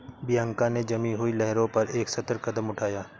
Bianca ने जमी हुई लहरों पर एक सतर्क कदम उठाया